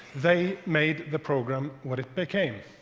they made the program what it became.